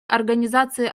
организации